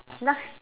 last